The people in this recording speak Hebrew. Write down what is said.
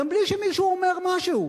גם בלי שמישהו אומר משהו,